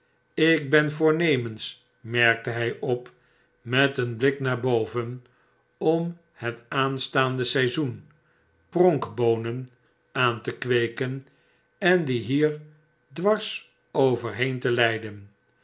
ik ben voornemens merkte hij op met een blik naar boven om het aanstaande seizoen pronkboonen aan te kweeken en die bier dwars overheen te leiden